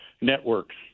networks